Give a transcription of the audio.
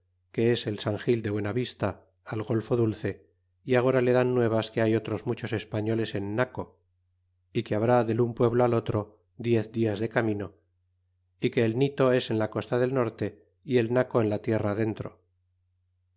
que es el san gil de buena vista al golfo dulce y agora le dan nuevas que hay otros muchos españoles en naco y que habrá del un pueblo al otro diez dias de camino y que el nito es en la costa del norte y el naco en la tierra adentro